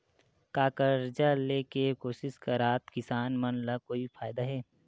का कर्जा ले के कोशिश करात किसान मन ला कोई फायदा हे?